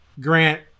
Grant